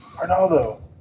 Arnaldo